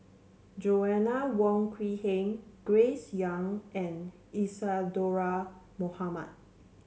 Joanna Wong Quee Heng Grace Young and Isadhora Mohamed